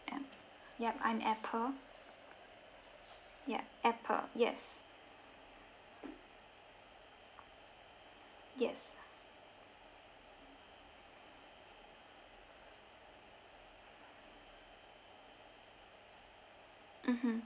ya ya I'm apple ya apple yes yes mmhmm